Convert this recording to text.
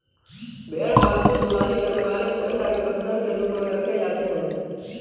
भेड़ पालतू जुगाली करने वाले स्तनधारी पशुधन के रूप में रखे जाते हैं